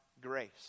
grace